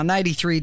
93